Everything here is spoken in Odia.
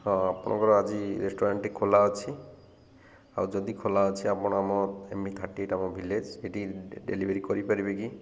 ହଁ ଆପଣଙ୍କର ଆଜି ରେଷ୍ଟୁରାଣ୍ଟଟି ଖୋଲା ଅଛି ଆଉ ଯଦି ଖୋଲା ଅଛି ଆପଣ ଆମ ଏମ ଇ ଥାର୍ଟି ଏଇଟ୍ ଆମ ଭିଲେଜ୍ ଏଇଠି ଡେଲିଭରି କରିପାରିବେ କି